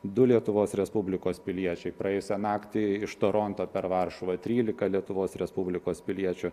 du lietuvos respublikos piliečiai praėjusią naktį iš toronto per varšuvą trylika lietuvos respublikos piliečių